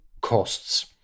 costs